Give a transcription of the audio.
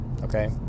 Okay